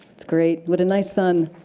it's great. what a nice son.